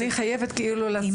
אני פשוט חייבת לצאת,